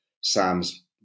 Sam's